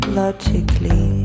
logically